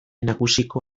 nagusiko